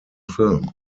film